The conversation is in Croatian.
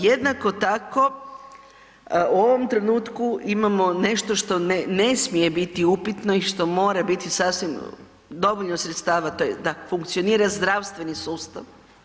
Jednako tako u ovom trenutku imamo nešto što ne smije biti upitno i što mora biti sasvim dovoljno sredstava da funkcionira zdravstveni sustav.